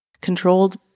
controlled